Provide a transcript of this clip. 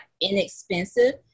inexpensive